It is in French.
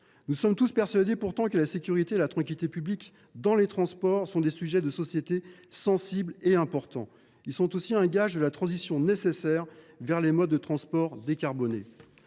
Nous sommes tous persuadés que la sécurité et la tranquillité publiques dans les transports sont des sujets de société sensibles et importants. Ils sont aussi le gage de la transition nécessaire vers des modes de transport décarbonés.